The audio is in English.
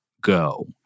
go